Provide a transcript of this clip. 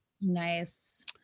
nice